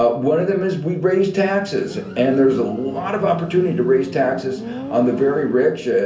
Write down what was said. but one of them is we raise taxes and there's a lot of opportunity to raise taxes on the very rich, ah